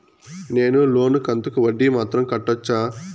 నేను లోను కంతుకు వడ్డీ మాత్రం కట్టొచ్చా?